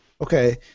Okay